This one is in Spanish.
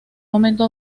momento